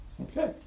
Okay